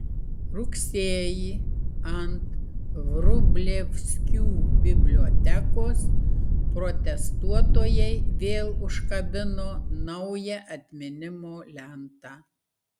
rugsėjį ant vrublevskių bibliotekos protestuotojai vėl užkabino naują atminimo lentą